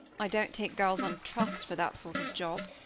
i don't, take girls on trust for that sort of job.